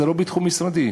זה לא בתחום משרדי.